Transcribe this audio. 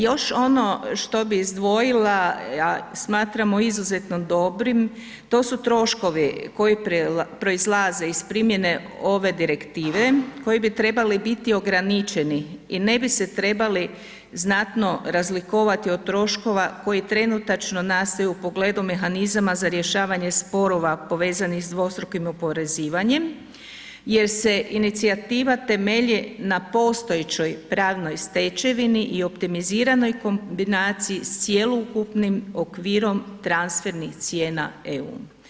Još ono što bi izdvojila, a smatramo izuzetno dobrim, to su troškovi koji proizlaze iz primjene ove direktive koji bi trebali biti ograničeni i ne bi se trebali znatno razlikovati od troškova koji trenutačno nastaju u pogledu mehanizama za rješavanje sporova povezanih s dvostrukim oporezivanjem jer se inicijativa temelji na postojećoj pravnoj stečevini i optimiziranoj kombinaciji s cjelokupnim okvirom transfernih cijena EU.